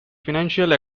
financial